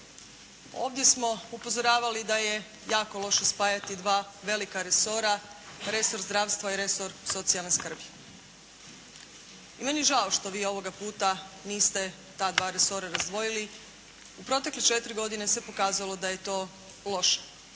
ovdje smo upozoravali da je jako loše spajati dva velika resora, resor zdravstva i resor socijalne skrbi. Meni je žao što vi ovoga puta niste ta dva resora razdvojili. U protekle četiri godine se pokazalo da je to loše.